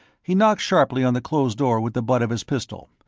he knocked sharply on the closed door with the butt of his pistol.